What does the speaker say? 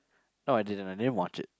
not I didn't I didn't watch it